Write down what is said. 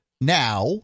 now